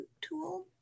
tool